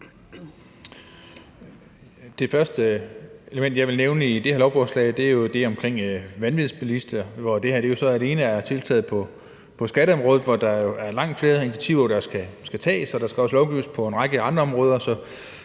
Det første element, jeg vil nævne i det her lovforslag, er det omkring vanvidsbilister, hvor det her jo så alene er et tiltag på skatteområdet, hvor der jo er langt flere initiativer, der skal tages, og der skal også lovgives på en række andre områder.